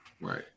Right